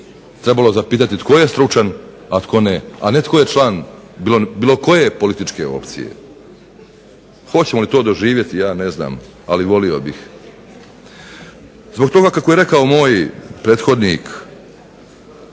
trebalo zapitati tko je stručan, a tko ne, a ne tko je član bilo koje političke opcije. Hoćemo li to doživjeti ja ne znam ali volio bih. Zbog toga kako je rekao moj prethodnik